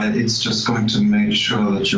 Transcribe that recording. and it's just going to make sure that you're